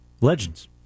Legends